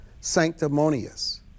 sanctimonious